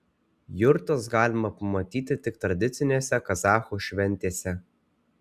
jurtas galima pamatyti tik tradicinėse kazachų šventėse